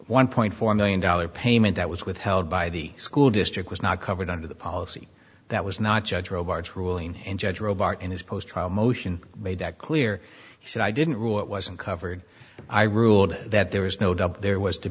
one point four million dollars payment that was withheld by the school district was not covered under the policy that was not judge roberts ruling and judge in his post trial motion made that clear he said i didn't rule it wasn't covered i ruled that there was no doubt there was to